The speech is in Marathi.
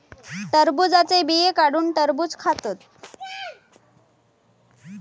टरबुजाचे बिये काढुन टरबुज खातत